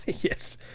Yes